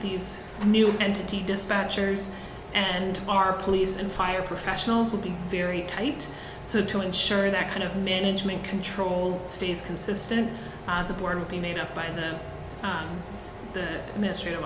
these new entity dispatchers and our police and fire professionals would be very tight so to ensure that kind of management control stays consistent the board will be made up by them the ministry of